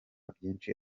byinshi